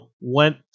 went